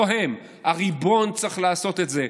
לא הם, הריבון צריך לעשות את זה.